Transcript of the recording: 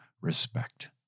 respect